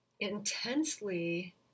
intensely